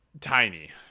tiny